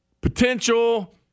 potential